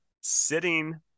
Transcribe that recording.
sitting